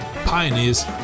Pioneers